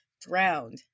drowned